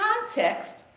context